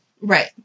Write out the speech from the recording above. Right